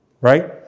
Right